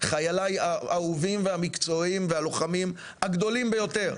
חיילי האהובים והמקצועיים והלוחמים הגדולים ביותר,